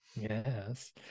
Yes